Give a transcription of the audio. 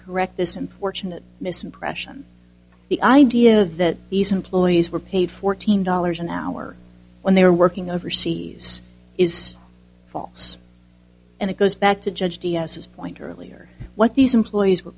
correct this unfortunate misimpression the idea that these employees were paid fourteen dollars an hour when they were working overseas is false and it goes back to judge diaz's point earlier what these employees were